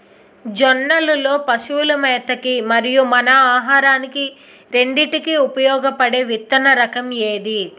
జొన్నలు లో పశువుల మేత కి మరియు మన ఆహారానికి రెండింటికి ఉపయోగపడే విత్తన రకం ఏది?